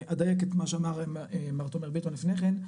אני אדייק את מה שאמר מר תומר ביטון לפני כן,